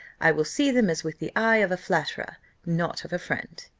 i will see them as with the eye of a flatterer not of a friend.